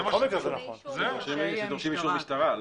שדורשים אישור משטרה.